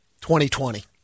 2020